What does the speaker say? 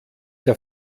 der